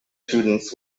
students